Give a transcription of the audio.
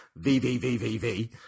VVVVV